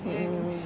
mm mm